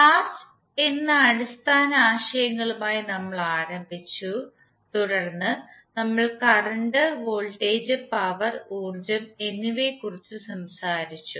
charge എന്ന അടിസ്ഥാന ആശയങ്ങളുമായി നമ്മൾ ആരംഭിച്ചു തുടർന്ന് നമ്മൾ കറണ്ട് വോൾട്ടേജ് പവർ ഊർജ്ജം എന്നിവയെക്കുറിച്ച് സംസാരിച്ചു